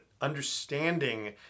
understanding